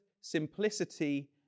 simplicity